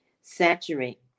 saturate